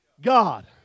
God